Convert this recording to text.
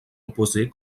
opposée